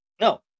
No